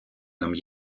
нам